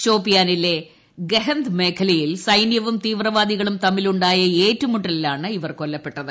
ഷോപ്പിയാനിലെ ഗഹന്ദ്മേഖലയിൽ സൈനൃവും തീവ്രവാദികളും തമ്മിലുണ്ടായ ഏറ്റുമുട്ടലിലാണ് ഇവർ കൊല്ലപ്പെട്ടത്